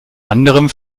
anderem